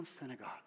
synagogue